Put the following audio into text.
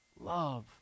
love